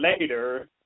Later